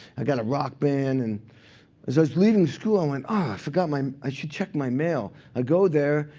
i got a rock band. and as i was leaving school, i went, oh, ah i forgot my um i should check my mail. i go there.